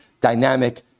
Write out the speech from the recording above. dynamic